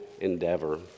endeavor